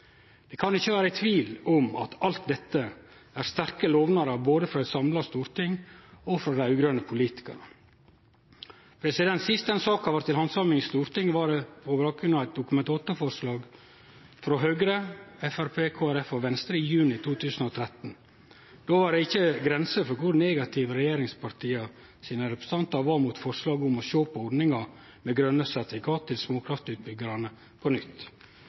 Det kan ikkje vere tvil om at alt dette er sterke lovnader både frå eit samla storting og frå raud-grøne politikarar. Sist denne saka var til handsaming i Stortinget, var det på bakgrunn av eit Dokument 8-forslag frå Høgre, Framstegspartiet, Kristeleg Folkeparti og Venstre i juni 2013. Då var det ikkje grenser for kor negative representantane frå regjeringspartia var mot forslaget om å sjå på ordninga med grøne sertifikat til småkraftutbyggjarane på nytt.